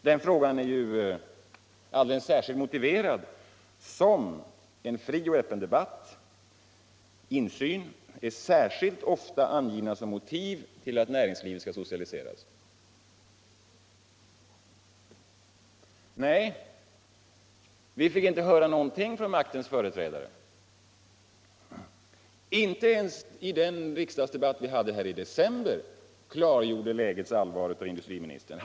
Den frågan är ju alldeles speciellt berättigad som en fri och öppen debatt och insyn är särskilt ofta angivna som motiv till att näringslivet skall socialiseras. Vi fick inte höra någonting från maktens företrädare. Inte ens i den riksdagsdebatt vi hade I december klargjordes lägets allvar av industriministern.